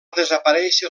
desaparèixer